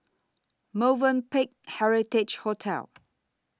Movenpick Heritage Hotel